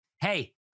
Hey